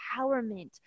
empowerment